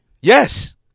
Yes